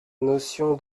notion